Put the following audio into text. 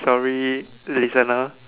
sorry listener